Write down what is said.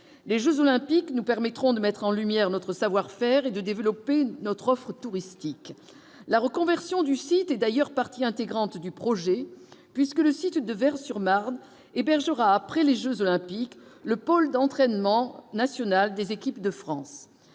les Jeux olympiques nous permettront de mettre en lumière notre savoir-faire et de développer notre offre touristique, la reconversion du site est d'ailleurs partie intégrante du projet puisque le site de Vaires-sur-Marne hébergera après les Jeux olympiques, le pôle d'entraînement national des équipes de France,